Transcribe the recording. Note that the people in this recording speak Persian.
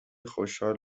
خشحال